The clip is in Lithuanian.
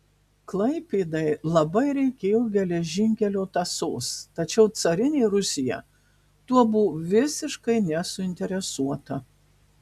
klaipėdai labai reikėjo geležinkelio tąsos tačiau carinė rusija tuo buvo visiškai nesuinteresuota